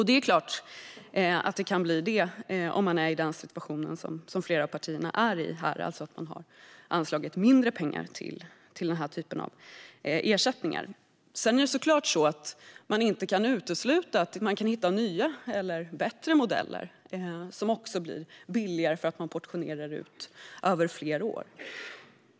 Det är klart att det kan bli det om man är i den situation som flera av partierna här är i: att de har anslagit mindre pengar till den här typen av ersättningar. Det är såklart så att man inte kan utesluta att man kan hitta nya och bättre modeller som också blir billigare för att man portionerar ut pengar över flera år.